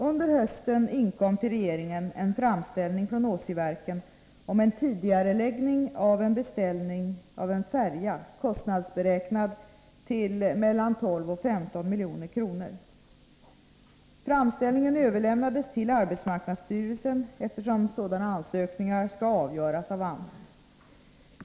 Under hösten inkom till regeringen en framställning från Åsiverken om en tidigareläggning av en beställning av en färja kostnadsberäknad till 12-15 milj.kr. Framställningen överlämnades till arbetsmarknadsstyrelsen, eftersom sådana ansökningar skall avgöras av AMS.